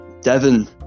devon